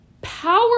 power